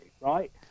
right